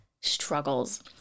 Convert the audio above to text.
struggles